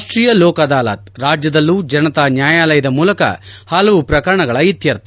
ರಾಷ್ಷೀಯ ಲೋಕ ಅದಾಲತ್ ರಾಜ್ಯದಲ್ಲೂ ಜನತಾ ನ್ಯಾಯಾಲಯದ ಮೂಲಕ ಪಲವು ಪ್ರಕರಣಗಳ ಇತ್ಸರ್ಥ